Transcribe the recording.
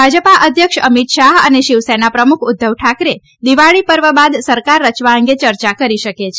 ભાજપા અધ્યક્ષ અમિત શાહ અને શિવસેના પ્રમુખ ઉધ્ધવ ઠાકરેએ દિવાળી પર્વ બાદ સરકાર રચવા અંગે ચર્ચા કરી શકે છે